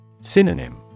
Synonym